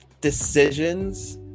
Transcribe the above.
decisions